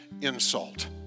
insult